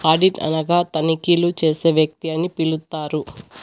audit అనగా తనిఖీలు చేసే వ్యక్తి అని పిలుత్తారు